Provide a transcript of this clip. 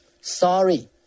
Sorry